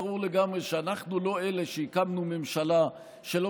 ברור לגמרי שאנחנו לא אלה שהקמנו ממשלה שלא